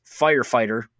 firefighter